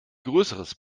größeres